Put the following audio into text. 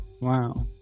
Wow